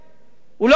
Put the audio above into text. הוא לא היה קודם.